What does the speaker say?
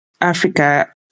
Africa